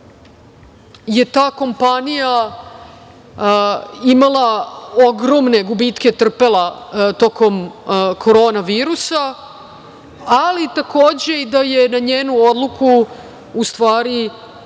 je ta kompanija imala ogromne gubitke, trpela tokom korona virusa, ali takođe i da je na njenu odluku u stvari